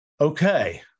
okay